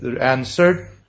answered